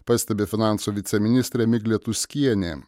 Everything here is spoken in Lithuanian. pastebi finansų viceministrė miglė tuskienė